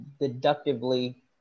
deductively